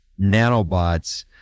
nanobots